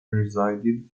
resided